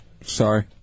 Sorry